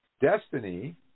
Destiny